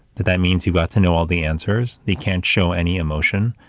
that, that means you've got to know all the answers, they can't show any emotion,